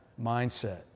mindset